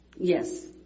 Yes